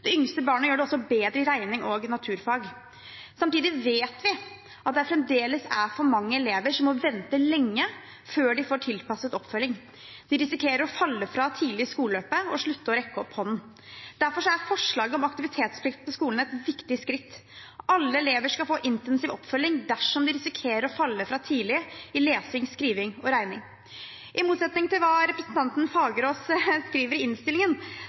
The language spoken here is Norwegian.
De yngste barna gjør det også bedre i regning og naturfag. Samtidig vet vi at det fremdeles er for mange elever som må vente lenge før de får tilpasset oppfølging. De risikerer å falle fra tidlig i skoleløpet og slutte å rekke opp hånden. Derfor er forslaget om aktivitetsplikt på skolene et viktig skritt. Alle elever skal få intensiv oppfølging dersom de risikerer å falle fra tidlig i lesing, skriving og regning. I motsetning til hva representanten Fagerås skriver i innstillingen,